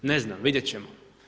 Ne znam, vidjet ćemo.